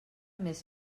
més